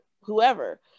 whoever